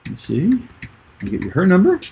see i gave you her number